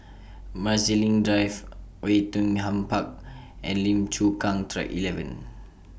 Marsiling Drive Oei Tiong Ham Park and Lim Chu Kang Track eleven